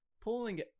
pulling